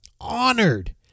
Honored